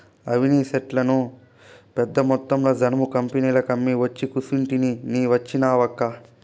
అవిసె సెట్లను పెద్దమొత్తంలో జనుము కంపెనీలకమ్మి ఒచ్చి కూసుంటిని నీ వచ్చినావక్కా